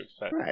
Right